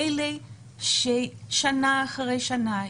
אלה ששנה אחרי שנה,